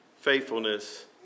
faithfulness